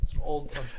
Old